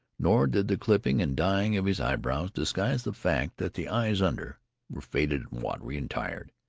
nor did the clipping and dyeing of his eyebrows disguise the fact that the eyes under were faded and watery and tired.